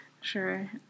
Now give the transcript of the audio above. Sure